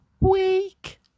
week